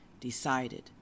decided